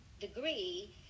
degree